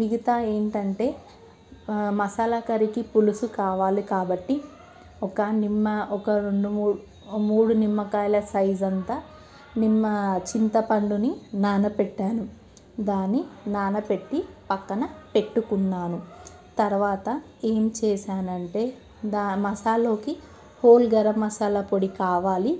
మిగతా ఏంటంటే మసాలా కర్రీకి పులుసు కావాలి కాబట్టి ఒక నిమ్మ ఒక రెండు మూడు మూడు నిమ్మకాయల సైజు అంత నిమ్మ చింతపండుని నానబెట్టాను దాన్ని నానబెట్టి పక్కన పెట్టుకున్నాను తరువాత ఏం చేసానంటే దా మసాలలోకి హోల్ గరం మసాలా పొడి కావాలి